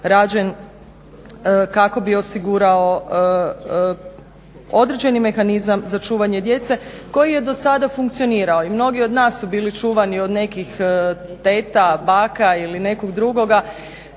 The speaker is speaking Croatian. rađen kako bi osigurao određeni mehanizam za čuvanje djece koji je do sada funkcionirao. I mnogi od nas su bili čuvani od nekih teta, baka ili nekog drugoga